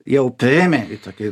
jau priėmė į tokį